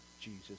Jesus